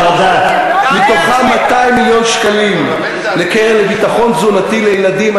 מתוכם 200 מיליון שקלים לקרן לביטחון תזונתי לילדים.